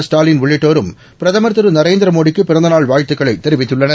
ஸ்டாலின்உள்ளிட்டோரும் பிரதமர் திரு நரேந்திர மோடிக்கு பிறந்த நாள் வாழ்த்துக்களை தெரிவித்துள்ளனர்